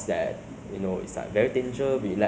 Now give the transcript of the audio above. to me your english is better lah